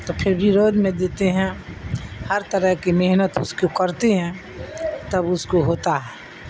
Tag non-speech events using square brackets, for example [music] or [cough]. تو پھر [unintelligible] میں دیتے ہیں ہر طرح کی محنت اس کو کرتے ہیں تب اس کو ہوتا ہے